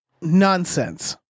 nonsense